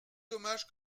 dommage